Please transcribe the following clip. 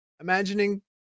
imagining